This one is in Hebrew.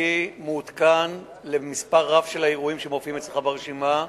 אני מעודכן במספר רב של אירועים שמופיעים אצלך ברשימה,